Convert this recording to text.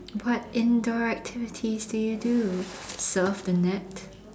what indoor activities do you do surf the net